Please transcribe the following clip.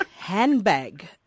handbag